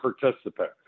participant